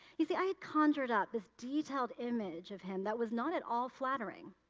you see i had con injured up this detailed image of him that was not at all flattering.